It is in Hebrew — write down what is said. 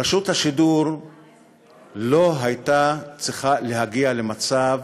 רשות השידור לא הייתה צריכה להגיע למצב